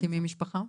מקימים משפחה?